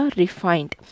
refined